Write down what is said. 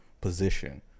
position